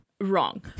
Wrong